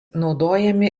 naudojami